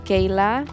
Kayla